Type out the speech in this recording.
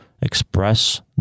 express